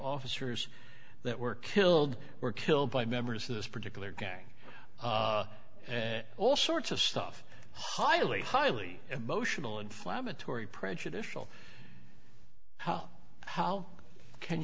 officers that were killed were killed by members of this particular gang and all sorts of stuff highly highly emotional inflammatory prejudicial how